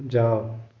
जाओ